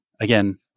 again